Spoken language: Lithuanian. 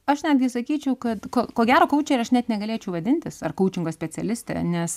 aš netgi sakyčiau kad ko gero koučere aš net negalėčiau vadintis ar koučingo specialiste nes